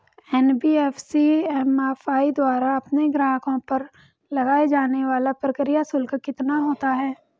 NBFC MFI द्वारा अपने ग्राहकों पर लगाए जाने वाला प्रक्रिया शुल्क कितना होता है?